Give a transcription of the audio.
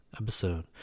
episode